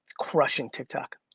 crushing tik tok.